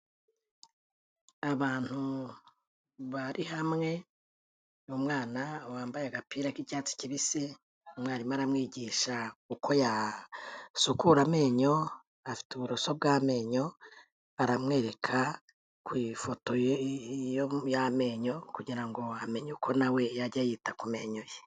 Abantu bari hamwe n'umwana wambaye agapira k'icyatsi kibisi, umwarimu aramwigisha uko yasukura amenyo, afite uburoso bw'amenyo, aramwereka ku ifoto ye y'amenyo kugira ngo amenye uko na we yajya yita ku menyo ye.